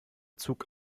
zug